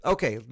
Okay